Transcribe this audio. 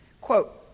Quote